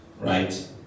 right